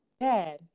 Dad